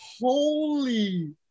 Holy